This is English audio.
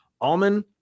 almond